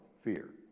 fear